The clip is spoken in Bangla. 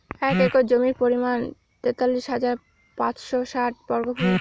এক একর জমির পরিমাণ তেতাল্লিশ হাজার পাঁচশ ষাট বর্গফুট